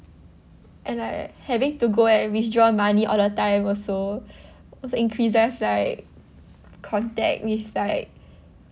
and like having to go and withdraw money all the time also also increases like contact with like